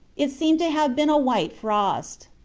it seemed to have been a white frost.